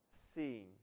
seeing